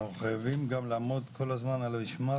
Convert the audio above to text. אנחנו חייבים גם לעמוד כל הזמן על המשמר,